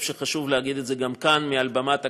שחשוב להגיד את זה גם כאן מעל במת הכנסת,